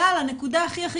האם לשיטתכם חוק